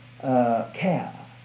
care